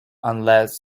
unless